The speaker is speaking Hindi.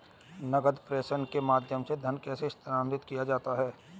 नकद प्रेषण के माध्यम से धन कैसे स्थानांतरित किया जाता है?